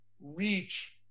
reach